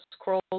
scroll